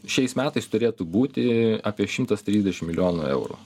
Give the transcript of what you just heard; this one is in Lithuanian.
šiais metais turėtų būti apie šimtas trisdešim milijonų eurų